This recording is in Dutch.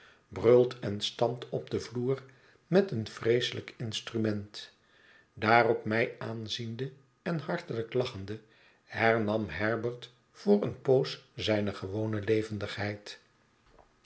bruit en stampt op den vloer met een vreeselijk instrument daarop mij aanziende en hartelijk lachende hernam herbert voor eene poos zijne gewone levendigheid